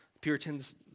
Puritans